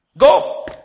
Go